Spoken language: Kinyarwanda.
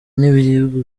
n’ibiribwa